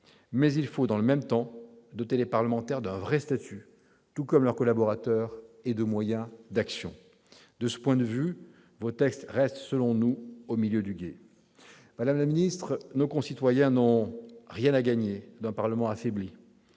mais il faut, dans le même temps, doter les parlementaires d'un vrai statut, tout comme leurs collaborateurs, et de moyens d'action. De ce point de vue, vos textes restent, selon nous, au milieu du gué. Madame la garde des sceaux, nos concitoyens n'ont rien à gagner d'un Parlement affaibli.